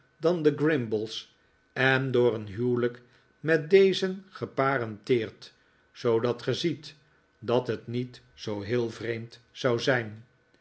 dan de grimble's en door een huwelijk met dezen geparenteerd zoodat ge ziet dat het niet zoo heel vreemd zou zijn